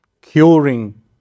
curing